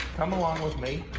come along with me.